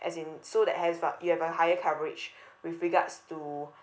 as in so that you have a higher coverage with regards to